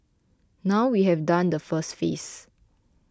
now we have done the first phase